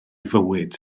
fywyd